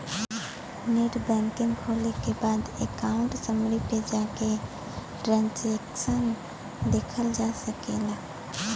net banking खोले के बाद अकाउंट समरी पे जाके ट्रांसैक्शन देखल जा सकला